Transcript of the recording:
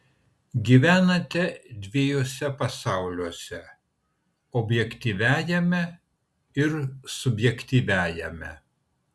gyvenate dviejuose pasauliuose objektyviajame ir subjektyviajame